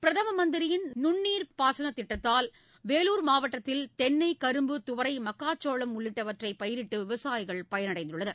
பிரதம மந்திரியின் நுண்ணீர் பாசன திட்டத்தால் வேலூர் மாவட்டத்தில் தென்னை கரும்பு துவரை மக்காச்சோளம் உள்ளிட்டவற்றை பயிரிட்டு விவசாயிகள் பயனடைந்துள்ளனர்